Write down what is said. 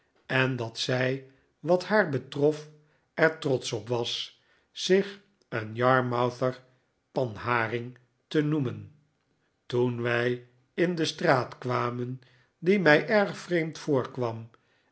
en dat zij wat haar betrof er trotsch op was zich een yafmouther panharing te noemen toen wij in de straat kwamen